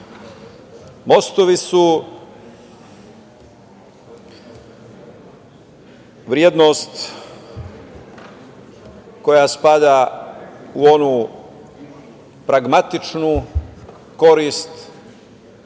mostova. Mostovi su vrednost koja spada u onu pragmatičnu korist